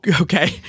okay